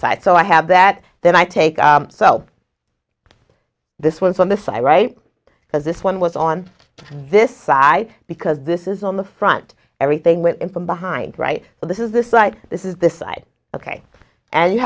side so i have that then i take so this was on the side right because this one was on this side because this is on the front everything went in from behind right so this is this like this is the side ok and you